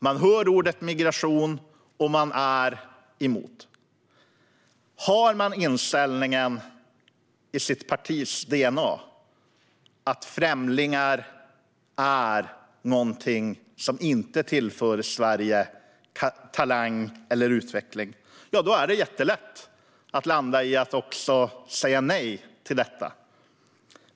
Man hör ordet migration och är emot. Har man i sitt partis DNA inställningen att främlingar är någonting som inte tillför Sverige talang eller utveckling är det jättelätt att landa i att säga nej till detta.